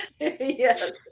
Yes